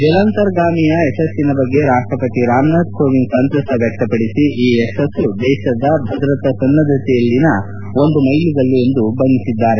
ಜಲಾಂತರ್ಗಾಮಿಯ ಯಶಸ್ವಿನ ಬಗ್ಗೆ ರಾಷ್ಷಪತಿ ರಾಮನಾಥ್ ಕೋವಿಂದ್ ಸಂತಸ ವ್ಯಕ್ತಪಡಿಸಿ ಈ ಯಶಸ್ವ ದೇಶದ ಭದ್ರತಾ ಸನ್ನದ್ದತೆಯಲ್ಲಿನ ಒಂದು ಮ್ವೆಲುಗಲ್ಲು ಎಂದು ಬಣ್ಣೆಸಿದ್ದಾರೆ